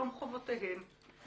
לתשלום חובותיהם,